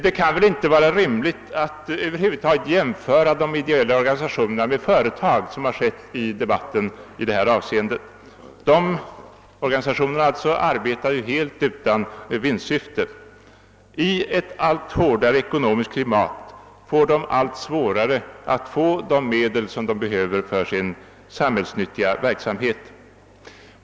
Det kan väl inte vara rimligt att på något sätt jämföra de ideella organisationerna med företag, såsom skett under debatten. Organisationerna arbetar helt utan vinstsyfte. I ett allt hårdare ekonomiskt klimat får de allt större svårigheter att erhålla de medel de behöver för sin samhällsnyttiga verksamhet.